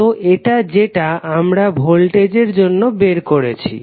তো এটা যেটা আমরা ভোল্টেজের জন্য বের করেছি